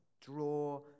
Draw